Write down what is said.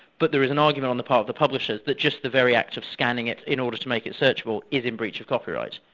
but there is an argument on the part of the publishers that just the very act of scanning it in order to make it searchable, is in breach of copyright.